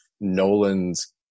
Nolan's